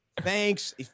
thanks